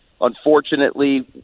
Unfortunately